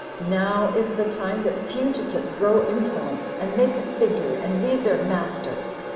now is the time that fugitives grow insolent, and make a figure, and leave their masters.